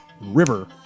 river